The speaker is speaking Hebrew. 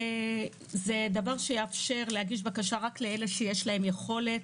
זה דבר שיאפשר להגיש בקשה רק לאלה שיש להם יכולת,